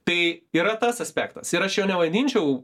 tai yra tas aspektas ir aš jo nevadinčiau